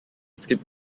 skip